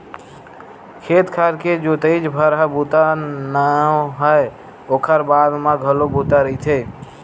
खेत खार के जोतइच भर ह बूता नो हय ओखर बाद म घलो बूता रहिथे